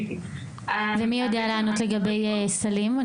ומי יודע לענות לגבי סלים?